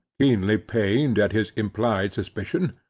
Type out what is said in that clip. keenly pained at his implied suspicion.